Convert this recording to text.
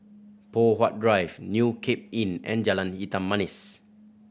Poh Huat Drive New Cape Inn and Jalan Hitam Manis